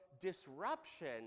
disruption